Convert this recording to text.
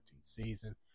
season